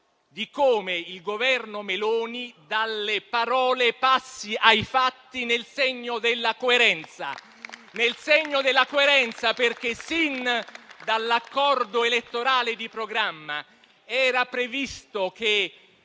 di come il Governo Meloni dalle parole passi ai fatti nel segno della coerenza. Infatti, sin dall'accordo elettorale di programma era previsto che